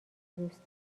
دوستم